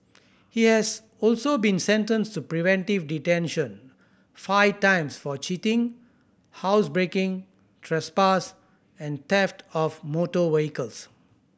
he has also been sentenced to preventive detention five times for cheating housebreaking trespass and theft of motor vehicles